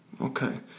Okay